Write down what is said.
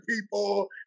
people